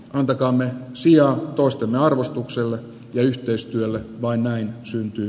antakaamme sijaa toisten arvostukselle ja yhteistyöllä voi näin syntyi